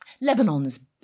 lebanon's